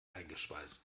eingeschweißt